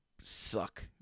suck